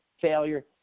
failure